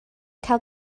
cael